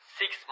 six